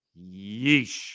Yeesh